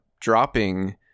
dropping